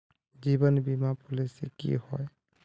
जीवन बीमा पॉलिसी की होय?